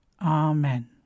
Amen